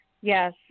Yes